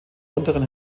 unteren